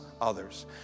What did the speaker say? others